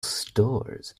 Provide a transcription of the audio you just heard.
stores